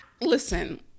listen